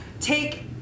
take